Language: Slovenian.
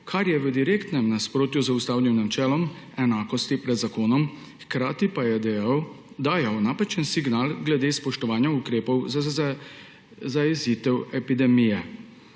kar je v direktnem nasprotju z ustavnim načelom enakosti pred zakonom, hkrati pa je dajal napačen signal glede spoštovanja ukrepov za zajezitev epidemije.